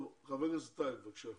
טוב, חבר הכנסת טייב, בבקשה.